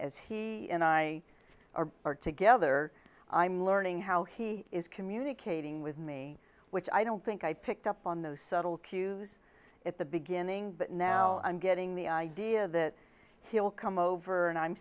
as he and i are together i'm learning how he is communicating with me which i don't think i picked up on those subtle cues at the beginning but now i'm getting the idea that he'll come over and i'm